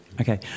Okay